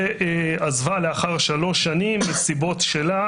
ועזבה לאחר שלוש שנים מהסיבות שלה,